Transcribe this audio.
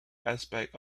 aspect